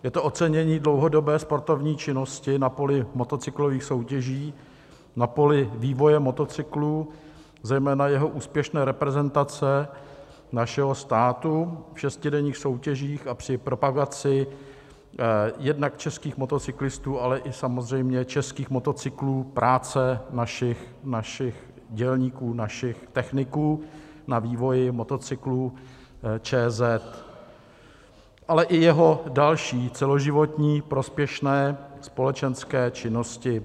Je to ocenění dlouhodobé sportovní činnosti na poli motocyklových soutěží, na poli vývoje motocyklů, zejména jeho úspěšné reprezentace našeho státu v šestidenních soutěžích a při propagaci jednak českých motocyklistů, ale i samozřejmě českých motocyklů, práce našich dělníků, našich techniků na vývoji motocyklů ČZ, ale i jeho další celoživotní prospěšné společenské činnosti.